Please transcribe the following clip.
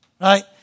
Right